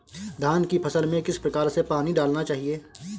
धान की फसल में किस प्रकार से पानी डालना चाहिए?